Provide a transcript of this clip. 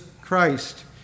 Christ